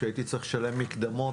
כשהייתי צריך לשלם מקדמות